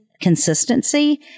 consistency